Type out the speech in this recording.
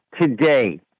today